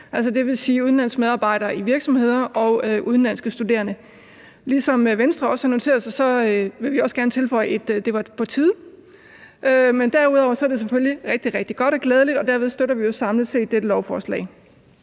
dvs. udenlandske medarbejdere i virksomheder og udenlandske studerende. Ligesom Venstre har noteret sig, vil vi også gerne tilføje, at det var på tide. Men derudover er det selvfølgelig rigtig, rigtig godt og glædeligt, og derved støtter vi også samlet set dette lovforslag.